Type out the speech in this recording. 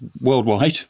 worldwide